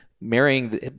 marrying